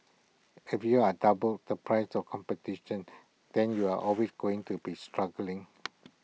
if you are double the price of competition then you are always going to be struggling